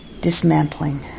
dismantling